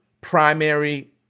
primary